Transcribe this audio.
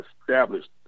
established